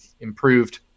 improved